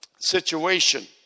situation